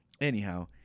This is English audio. anyhow